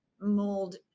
mold